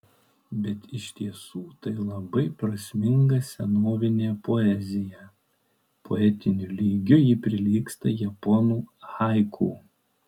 bet iš tiesų tai labai prasminga senovinė poezija poetiniu lygiu ji prilygsta japonų haiku